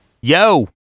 yo